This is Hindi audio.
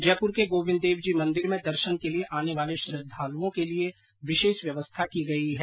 जयपूर के गोविन्द देव जी मंदिर में दर्शन के लिए आने वाले श्रद्दालुओं के लिए विशेष व्यवस्था की गई है